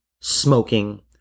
smoking